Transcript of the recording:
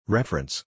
Reference